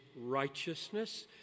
righteousness